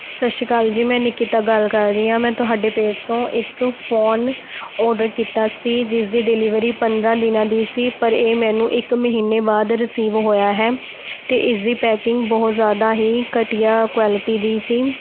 ਸਤਿ ਸ਼੍ਰੀ ਅਕਾਲ ਜੀ ਮੈਂ ਨਿਕੀਤਾ ਗੱਲ ਕਰ ਰਹੀ ਹਾਂ ਮੈਂ ਤੁਹਾਡੇ ਪੇਜ ਤੋਂ ਇੱਕ ਫ਼ੋਨ ਔਰਡਰ ਕੀਤਾ ਸੀ ਜਿਸਦੀ ਡਿਲੀਵਰੀ ਪੰਦਰਾਂ ਦਿਨਾਂ ਦੀ ਸੀ ਪਰ ਇਹ ਮੈਨੂੰ ਇੱਕ ਮਹੀਨੇ ਬਾਅਦ ਰਿਸੀਵ ਹੋਇਆ ਹੈ ਅਤੇ ਇਸਦੀ ਪੈਕਿੰਗ ਬਹੁਤ ਜ਼ਿਆਦਾ ਹੀ ਘਟੀਆ ਕੁਆਲਿਟੀ ਦੀ ਸੀ